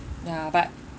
ya but